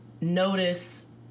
notice